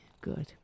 good